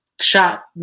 shot